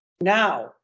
Now